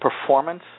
performance